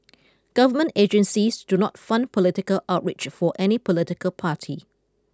government agencies do not fund political outreach for any political party